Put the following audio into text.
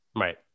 Right